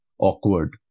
awkward